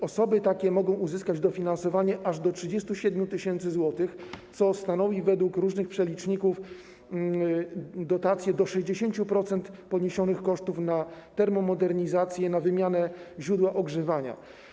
Osoby takie mogą uzyskać dofinansowanie aż do 37 tys. zł, co stanowi według różnych przeliczników dotację w wysokości do 60% poniesionych kosztów na termomodernizację, na wymianę źródła ogrzewania.